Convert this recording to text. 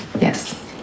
Yes